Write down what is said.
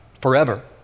forever